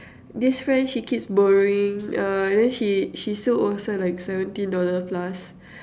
this friend she keeps borrowing uh then she she still owes her like seventeen dollar plus